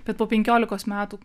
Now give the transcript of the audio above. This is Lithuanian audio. bet po penkiolikos metų